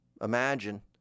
imagine